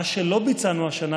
מה שלא ביצענו השנה,